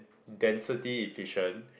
density efficient